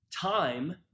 Time